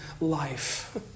life